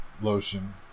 lotion